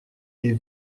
les